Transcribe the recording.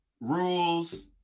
rules